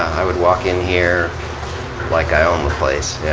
i would walk in here like i own the place. yeah